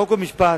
חוק ומשפט,